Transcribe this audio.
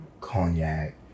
cognac